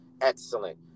excellent